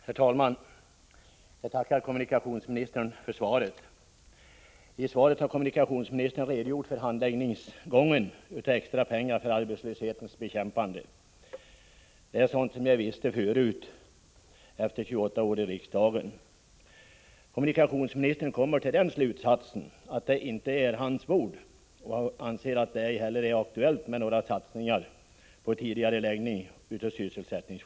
Herr talman! Jag tackar kommunikationsministern för svaret. I svaret har kommunikationsministern redogjort för handläggningsgången när det gäller ärenden om extra pengar för arbetslöshetens bekämpande. Det är sådant som jag visste förut efter 28 år i riksdagen. Kommunikationsministern kommer till den slutsatsen att det inte är ”hans bord”, och han anser inte att det av sysselsättningsskäl är aktuellt med några satsningar på tidigareläggning av vägprojekt.